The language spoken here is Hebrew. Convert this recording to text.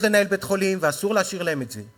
לנהל בית-חולים ואסור להשאיר להן את זה.